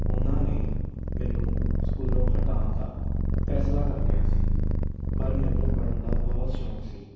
ਉਨ੍ਹਾਂ ਨੇ ਮੈਨੂੰ ਸਕੂਲੋਂ ਹਟਾਉਣ ਦਾ ਫੈਸਲਾ ਕਰ ਲਿਆ ਸੀ ਪਰ ਮੈਨੂੰ ਪੜ੍ਹਨ ਦਾ ਬਹੁਤ ਸ਼ੌਕ ਸੀ